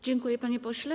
Dziękuję, panie pośle.